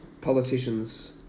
Politicians